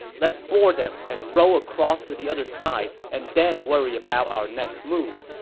let's board them and row across to the other side and then worry about our next move!